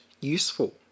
useful